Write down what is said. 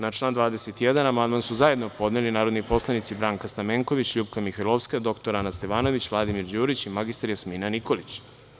Na član 21. amandman su zajedno podneli narodni poslanici Branka Stamenković, LJupka Mihajlovska, dr Ana Stevanović, Vladimir Đurić i mr Jasmina Nikolić.